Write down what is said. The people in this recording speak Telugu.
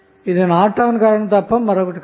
ఇది నార్టన్ కరెంట్ తప్ప మరొకటి కాదు